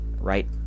Right